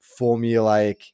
formulaic